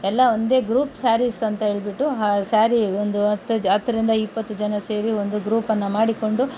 ಎಲ್ಲ ಒಂದೇ ಗ್ರೂಪ್ ಸ್ಯಾರಿಸ್ ಅಂತ ಹೇಳ್ಬಿಟ್ಟು ಆ ಸಾರಿ ಒಂದು ಹತ್ತು ಹತ್ತರಿಂದ ಇಪ್ಪತ್ತು ಜನ ಸೇರಿ ಒಂದು ಗ್ರೂಪನ್ನು ಮಾಡಿಕೊಂಡು